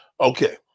okay